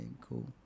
cool